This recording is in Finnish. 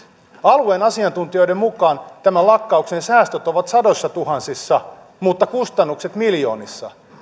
alueen asiantuntijoiden mukaan tämän lakkautuksen säästöt ovat sadoissatuhansissa mutta kustannukset miljoonissa